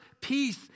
peace